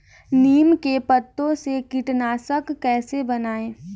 नीम के पत्तों से कीटनाशक कैसे बनाएँ?